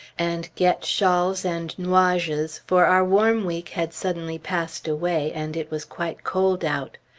and get shawls and nuages, for our warm week had suddenly passed away, and it was quite cold out.